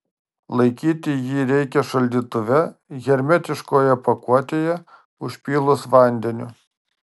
laikyti jį reikia šaldytuve hermetiškoje pakuotėje užpylus vandeniu